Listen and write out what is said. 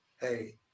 hey